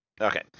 Okay